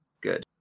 Good